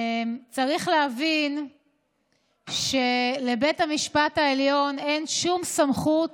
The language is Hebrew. צריך להבין שלבית המשפט העליון אין שום סמכות